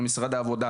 למשרד העבודה,